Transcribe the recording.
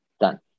Done